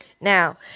Now